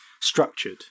structured